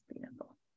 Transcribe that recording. beautiful